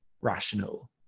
rational